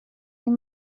این